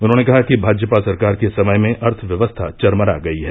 उन्होंने कहा कि भाजपा सरकार के समय में अर्थव्यवस्था चर्मरा गयी है